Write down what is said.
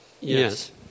Yes